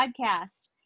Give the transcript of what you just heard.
podcast